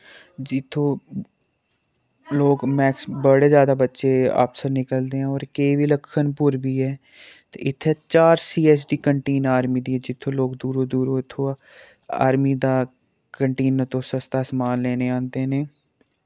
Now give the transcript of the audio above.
जित्थो लोक मैक्स बड़े जैदा बच्चे आफसर निकलदे ऐं और के वी लखनपुर वी ऐ ते इत्थै चार C S D canteen army दियां जित्थो लोक दूरो दूरो इत्थो आर्मी दा कन्टीना तो सस्ता समान लेने आंदे ने